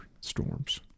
storms